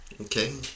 Okay